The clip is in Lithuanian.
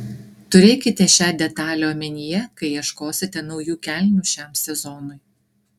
turėkite šią detalę omenyje kai ieškosite naujų kelnių šiam sezonui